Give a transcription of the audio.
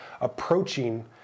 approaching